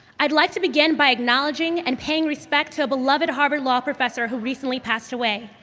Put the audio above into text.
i'd like to begin by acknowledging and paying respect to a beloved harvard law professor who recently passed away.